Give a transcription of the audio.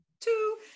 two